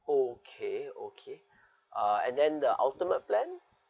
okay okay uh and then the ultimate plan